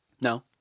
No